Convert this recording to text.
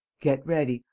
get ready.